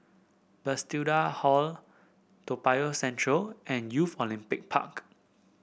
Bethesda Hall Toa Payoh Central and Youth Olympic Park